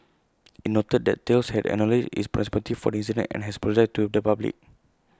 IT noted that Thales has acknowledged its responsibility for the incident and has apologised to the public